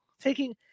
Taking